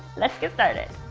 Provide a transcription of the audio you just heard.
let's get started.